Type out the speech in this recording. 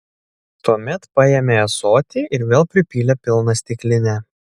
tuomet paėmė ąsotį ir vėl pripylė pilną stiklinę